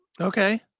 Okay